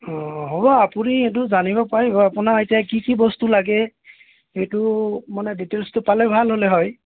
অঁ হ'ব আপুনি এইটো জানিব পাৰিব আপোনাৰ এতিয়া কি কি বস্তু লাগে সেইটো মানে ডিটেইছটো পালে ভাল হ'লে হয়